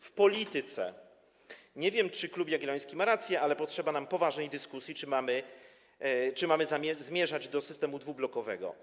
wPolityce: Nie wiem, czy Klub Jagielloński ma rację, ale potrzeba nam poważnej dyskusji, czy mamy zmierzać do systemu dwublokowego.